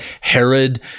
Herod